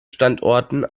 standorte